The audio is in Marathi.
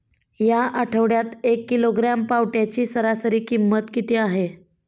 या आठवड्यात एक किलोग्रॅम पावट्याची सरासरी किंमत किती आहे?